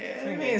okay